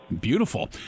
Beautiful